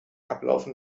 ablaufen